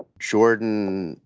jordan,